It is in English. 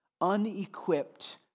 unequipped